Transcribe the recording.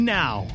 now